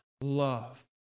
love